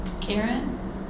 Karen